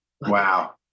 Wow